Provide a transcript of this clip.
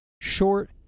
short